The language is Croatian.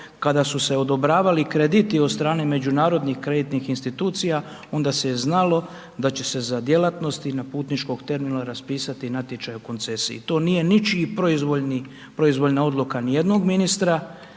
kada su se odobravali krediti od strane međunarodnih kreditnih institucija, onda se znalo da će se za djelatnosti na putničkog terminala raspisati natječaj o koncesiji. To nije ničiji proizvoljna odluka nijednog ministra,